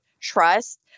Trust